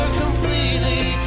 completely